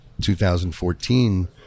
2014